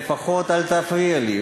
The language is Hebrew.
לפחות אל תפריעי לי.